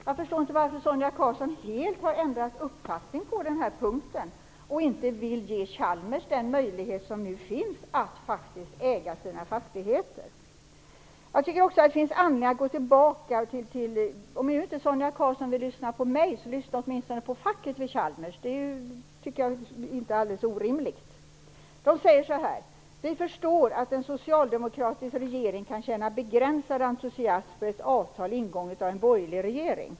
Jag förstår inte varför Sonia Karlsson helt har ändrat uppfattning på den här punkten och inte vill ge Chalmers den möjlighet som nu finns att faktiskt äga sina fastigheter. Jag tycker också att det finns anledning att gå tillbaka till detta. Om nu inte Sonia Karlsson vill lyssna på mig, kan hon åtminstone lyssna på facket vid Chalmers. De tycker jag inte är alldeles orimligt. De säger så här: Vi förstår att en socialdemokratisk regering kan känna begränsad entusiasm för ett avtal ingånget av en borgerlig regering.